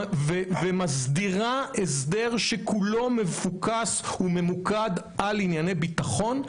ומסדירה הסדר שכולו מפוקס וממוקד על ענייני ביטחון.